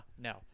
no